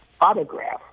autograph